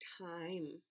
time